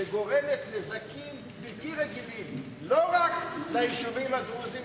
שגורמת נזקים בלתי רגילים לא רק ליישובים הדרוזיים,